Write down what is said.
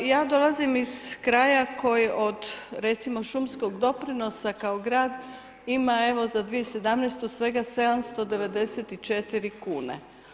Ja dolazim iz kraja koji recimo od šumskog doprinosa kao grad ima evo za 2017. svega 794 kune.